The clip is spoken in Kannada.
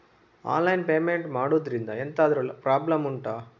ಆನ್ಲೈನ್ ಪೇಮೆಂಟ್ ಮಾಡುದ್ರಿಂದ ಎಂತಾದ್ರೂ ಪ್ರಾಬ್ಲಮ್ ಉಂಟಾ